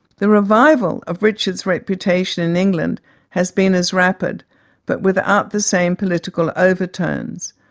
the revival of richard's reputation in england has been as rapid but without the same political overtones.